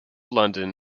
london